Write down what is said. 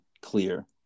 clear